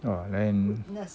!wah! then